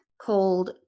called